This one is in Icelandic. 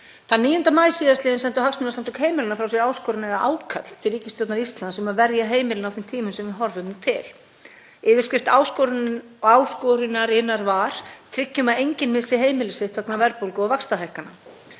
Þann 9. maí sl. sendu Hagsmunasamtök heimilanna frá sér áskorun eða ákall til ríkisstjórnar Íslands um að verja heimilin á þeim tímum sem við horfum til. Yfirskrift áskorunarinnar var: „Tryggjum að enginn missi heimili sitt vegna verðbólgu og vaxtahækkana“.